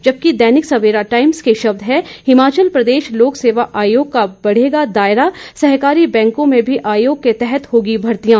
जबकि दैनिक सवेरा टाइम्स के शब्द हैं हिमाचल प्रदेश लोक सेवा आयोग का बढ़ेगा दायरा सहकारी बैंकों में भी आयोग के तहत होगी भर्तियां